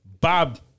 Bob